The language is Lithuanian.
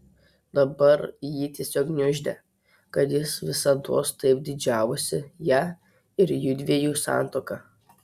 dabar jį tiesiog gniuždė kad jis visados taip didžiavosi ja ir jųdviejų santuoka